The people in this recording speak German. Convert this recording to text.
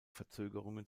verzögerungen